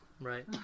Right